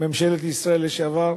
ממשלת ישראל לשעבר,